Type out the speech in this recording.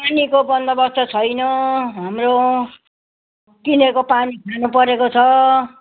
पानीको बन्दोबस्त छैन हाम्रो किनेको पानी खानुपरेको छ